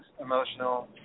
emotional